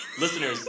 listeners